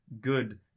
good